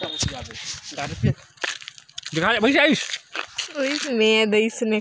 मैं कइसे सुरक्षित करो की मोर फसल म नमी झन होही ग?